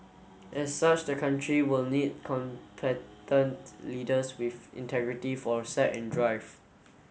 as such the country will need leaders with integrity foresight and drive